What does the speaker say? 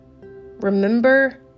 remember